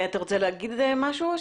אתה רוצה לומר משהו?